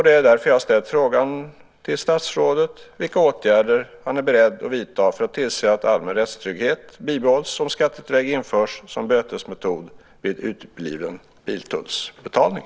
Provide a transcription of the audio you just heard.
Det är därför som jag har ställt frågan: Vilka åtgärder är statsrådet beredd att vidta för att tillse att allmän rättstrygghet bibehålls, om skattetillägg införs som bötesmetod vid utebliven biltullsbetalning?